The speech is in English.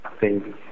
Baby